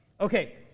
Okay